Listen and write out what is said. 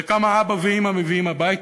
זה כמה אבא ואימא מביאים הביתה,